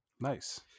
Nice